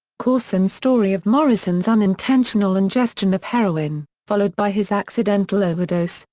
courson's story of morrison's unintentional ingestion of heroin, followed by his accidental overdose,